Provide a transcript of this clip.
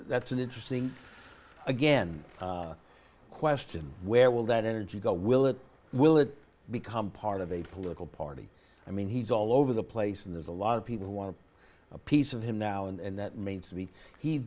that's an interesting again question where will that energy go will it will it become part of a political party i mean he's all over the place and there's a lot of people who want a piece of him now and that means to be he